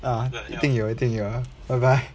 ah 一定有一定有 ah bye bye